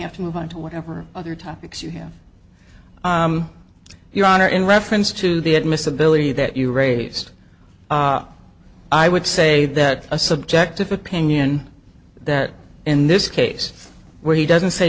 have to move on to whatever other topics you have your honor in reference to the admissibility that you raised i would say that a subjective opinion that in this case where he doesn't say